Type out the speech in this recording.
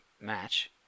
match